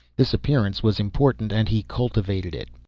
this appearance was important and he cultivated it.